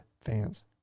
fans